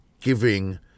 giving